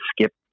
skip